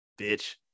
bitch